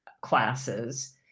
classes